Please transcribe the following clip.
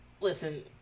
Listen